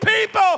people